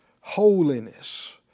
holiness